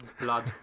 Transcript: blood